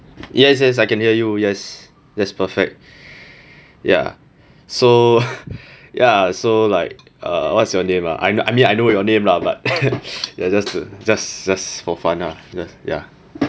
yes yes I can hear you yes that's perfect ya so ya so like uh what's your name ah I mean I know your name lah but they're just to just for fun lah ya